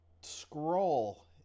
scroll